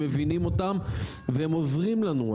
הם מבינים והם עוזרים לנו.